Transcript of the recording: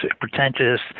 pretentious